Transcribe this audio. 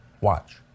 Watch